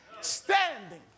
standing